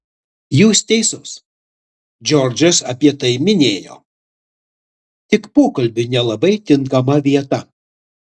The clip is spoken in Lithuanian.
jūs teisus džordžas apie tai minėjo tik pokalbiui nelabai tinkama vieta